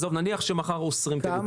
נניח שמחר אוסרים את הייבוא.